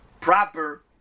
proper